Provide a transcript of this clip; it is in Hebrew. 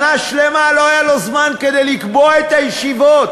שנה שלמה לא היה לו זמן כדי לקבוע את הישיבות.